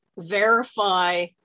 verify